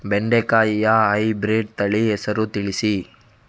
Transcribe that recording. ಬೆಂಡೆಕಾಯಿಯ ಹೈಬ್ರಿಡ್ ತಳಿ ಹೆಸರು ತಿಳಿಸಿ?